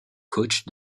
coachs